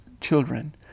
children